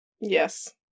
Yes